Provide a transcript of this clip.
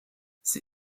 sie